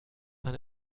man